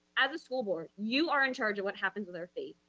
as a school board, you are in charge of what happens with our fate.